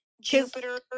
jupiter